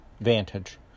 Vantage